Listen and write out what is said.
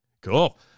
Cool